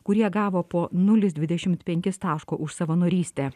kurie gavo po nulis dvidešimt penkis taško už savanorystę